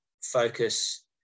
focus